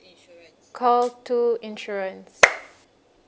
call two insurance